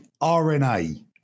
RNA